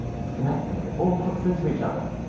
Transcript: it's connected it all hooks into each other.